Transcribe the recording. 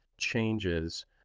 changes